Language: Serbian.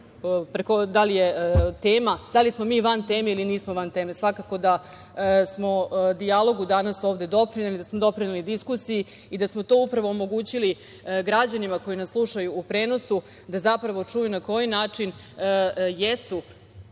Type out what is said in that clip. o tome da li smo mi van teme ili nismo van teme. Svakako da smo dijalogu danas ovde doprineli, da smo doprineli diskusiji i da su to upravo omogućili građanima koji nas slušaju u prenosu, da zapravo čuju na koji način jesu